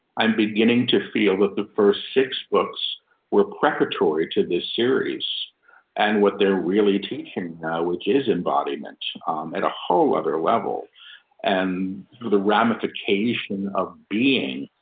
i'm beginning to feel that the first six books were preparatory to this series and what they're really teaching now, which is embodiment. i'm at a whole other level and the ramification of being,